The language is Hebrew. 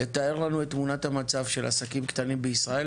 לתאר לנו את תמונת המצב של עסקים קטנים בישראל,